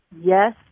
Yes